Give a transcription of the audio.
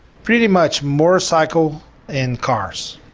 pretty much motorcycle and cars.